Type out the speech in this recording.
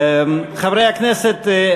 חברי הכנסת,